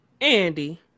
Andy